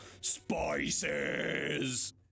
SPICES